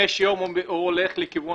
לשמוע את השלישית, ואז --- וכתוב במפורש: